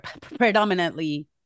predominantly